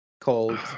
called